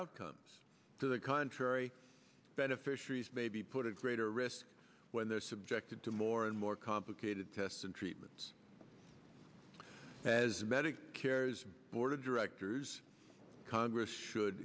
outcomes to the contrary beneficiaries may be put a greater risk when they're subjected to more and more complicated tests and treatments as medicare is board of directors congress should